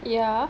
ya